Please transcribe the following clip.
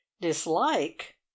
dislike